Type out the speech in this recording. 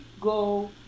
go